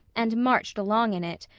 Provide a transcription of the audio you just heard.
and marched along in it,